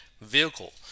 vehicle